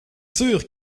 sûr